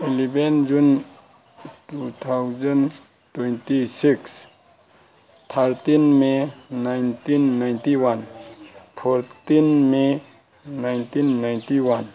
eleven June two thousand twenty six thirteen may nineteen ninety one fourteen may nineteen ninety one